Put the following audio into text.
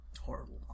Horrible